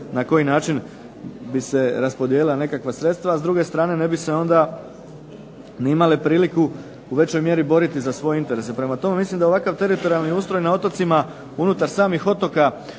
na koji način bi se raspodijelila nekakva sredstva, a s druge strane ne bi se onda ni imale priliku u većoj mjeri boriti za svoje interese. Prema tome, mislim da je ovakav teritorijalni ustroj na otocima unutar samih otoka